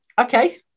Okay